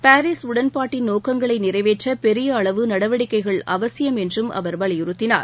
Paris உடன்பாட்டின் நோக்கங்களை நிறைவேற்ற பெரிய அளவு நடவடிக்கைகள் அவசியம் என்றும் அவர் வலியுறுத்தினார்